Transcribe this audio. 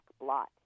blot